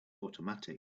automatic